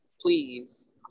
please